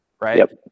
right